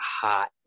hot